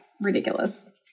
ridiculous